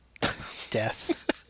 Death